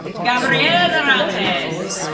gabriella durantez.